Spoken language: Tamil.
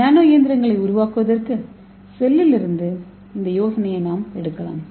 நானோ இயந்திரங்களை உருவாக்குவதற்கு செல்லிருந்து இந்த யோசனையை நாம் எடுக்கலாம்